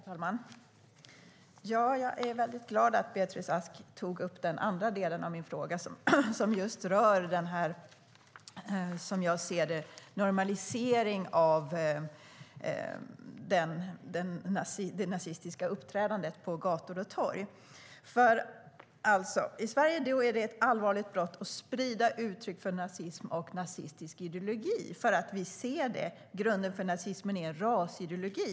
Herr talman! Jag är väldigt glad att Beatrice Ask tog upp den andra delen av min fråga som rör, som jag ser det, den normalisering av det nazistiska uppträdandet på gator och torg. I Sverige är det ett allvarligt brott att sprida uttryck för nazism och nazistisk ideologi. Vi ser att grunden för nazism är en rasideologi.